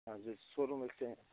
हाँ जो शोरूम एक से हैं